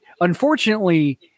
unfortunately